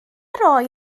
roi